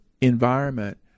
environment